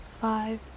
five